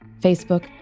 Facebook